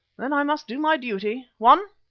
then i must do my duty. one.